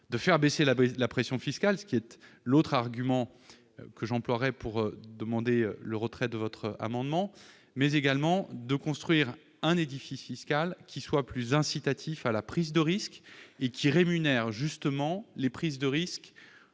de faire baisser la pression fiscale- c'est l'autre argument que j'emploierai pour demander le retrait de cet amendement -, mais également de construire un édifice fiscal qui soit plus incitatif et qui rémunère justement les prises de risques